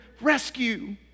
rescue